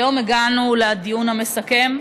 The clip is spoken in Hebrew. היום הגענו לדיון המסכם,